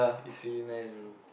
is really nice bro